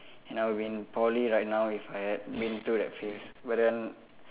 and I would be in Poly right now if I had been through that phase but then